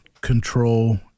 control